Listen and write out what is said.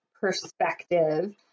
perspective